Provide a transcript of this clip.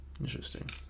interesting